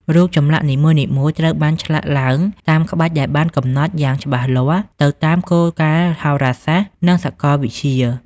រូបចម្លាក់នីមួយៗត្រូវបានឆ្លាក់ឡើងតាមក្បាច់ដែលបានកំណត់យ៉ាងច្បាស់លាស់ទៅតាមគោលការណ៍ហោរាសាស្ត្រ និងសកលវិទ្យា។